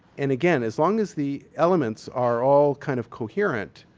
and again, as long as the elements are all kind of coherent,